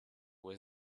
was